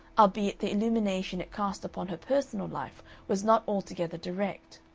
albeit the illumination it cast upon her personal life was not altogether direct.